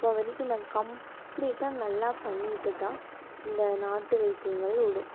அப்போது வரைக்கும் நா கம்ப்ளீட்டாக நல்லா பண்ணிட்டு தான் இந்த நாட்டு வைத்தியங்கள் விடும்